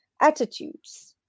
attitudes